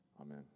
Amen